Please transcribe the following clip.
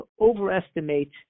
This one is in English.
overestimate